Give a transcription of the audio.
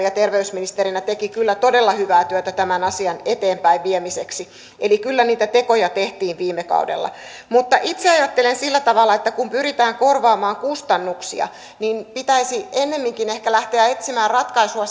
ja terveysministerinä teki kyllä todella hyvää työtä tämän asian eteenpäinviemiseksi eli kyllä niitä tekoja tehtiin viime kaudella mutta itse ajattelen sillä tavalla että kun pyritään korvaamaan kustannuksia niin pitäisi ehkä ennemminkin lähteä etsimään ratkaisua